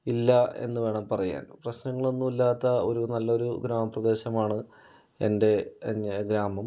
ഇല്ല എന്ന് വേണം പറയാൻ പ്രശ്നങ്ങളൊന്നും ഇല്ലാത്ത ഒരു നല്ലൊരു ഗ്രാമ പ്രദേശമാണ് എൻ്റെ ഗ്രാമം